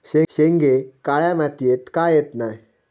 शेंगे काळ्या मातीयेत का येत नाय?